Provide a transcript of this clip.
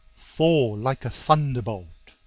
fall like a thunderbolt.